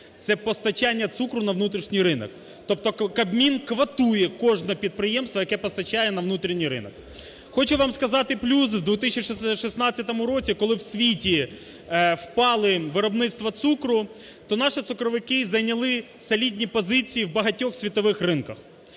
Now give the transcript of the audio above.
Це постачання цукру на внутрішній ринок. Тобто Кабмін квотує кожне підприємство, яке постачає на внутренний ринок. Хочу вам сказати, плюс в 2016 році, коли в світі впало виробництво цукру, то наші цукровики зайняли солідній позиції в багатьох світових ринках.